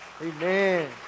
Amen